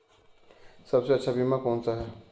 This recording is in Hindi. सबसे अच्छा बीमा कौनसा है?